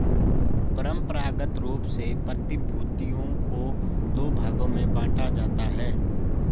परंपरागत रूप से प्रतिभूतियों को दो भागों में बांटा जाता है